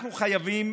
אנחנו חייבים